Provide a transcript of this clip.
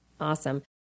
Awesome